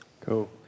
Cool